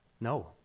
No